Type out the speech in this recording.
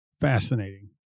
fascinating